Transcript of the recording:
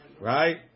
Right